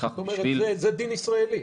זה דין ישראלי.